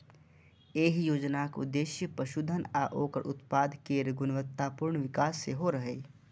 एहि योजनाक उद्देश्य पशुधन आ ओकर उत्पाद केर गुणवत्तापूर्ण विकास सेहो रहै